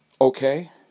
Okay